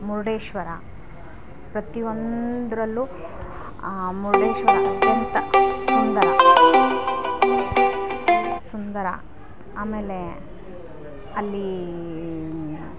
ಮುರುಡೇಶ್ವರ ಪ್ರತಿಯೊಂದರಲ್ಲೂ ಮುರುಡೇಶ್ವರಕ್ಕಿಂತ ಸುಂದರ ಸುಂದರ ಆಮೇಲೆ ಅಲ್ಲಿ